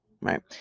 Right